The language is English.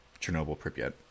Chernobyl-Pripyat